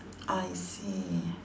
I see